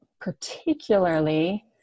particularly